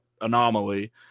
anomaly